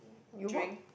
you work